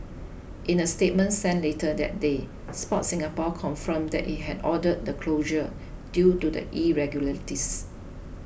in a statement sent later that day Sport Singapore confirmed that it had ordered the closure due to the irregularities